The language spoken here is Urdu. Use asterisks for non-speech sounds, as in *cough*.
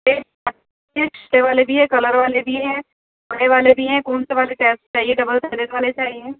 *unintelligible* والے بھی ہیں کلر والے بھی ہیں بڑے والے بھی ہیں کون سے والے چاہیے ڈبل *unintelligible* والے چاہیے